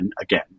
Again